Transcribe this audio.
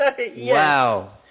Wow